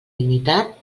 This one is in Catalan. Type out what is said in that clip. dignitat